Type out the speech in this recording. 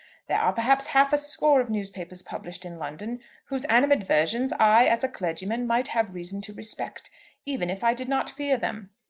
there are perhaps half a score of newspapers published in london whose animadversions i, as a clergyman, might have reason to respect even if i did not fear them.